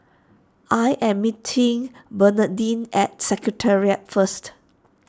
I am meeting Bernardine at Secretariat first